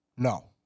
No